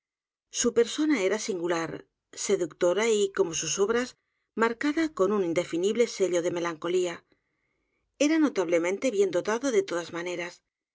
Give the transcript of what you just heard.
su persona era singular seductora y como sus obras marcada con un indefinible sello d e melancolía e r a notablemente bien dotado de todas maneras